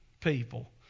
People